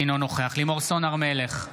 אינו נוכח לימור סון הר מלך,